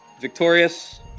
victorious